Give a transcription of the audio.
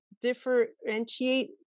differentiate